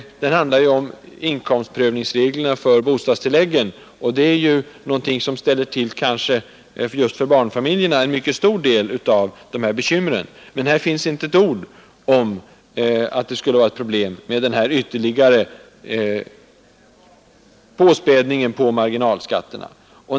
Den handlar om inkomstprövningsreglerna för bostadstilläggen, och det är ju de som just för barnfamiljerna ställer till med en mycket stor del av dessa bekymmer. Men här finns inte ett ord om att det skulle vara ett problem med denna ytterligare belastning ovanpå marginalskatterna.